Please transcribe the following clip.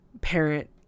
parent